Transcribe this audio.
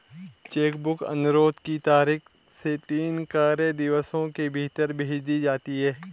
check book अनुरोध की तारीख से तीन कार्य दिवसों के भीतर भेज दी जाती है